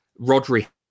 Rodri